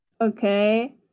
Okay